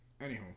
anywho